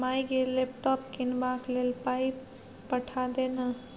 माय गे लैपटॉप कीनबाक लेल पाय पठा दे न